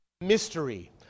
mystery